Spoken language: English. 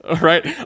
right